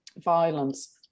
violence